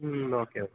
ம் okay okay